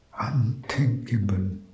Unthinkable